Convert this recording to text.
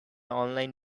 online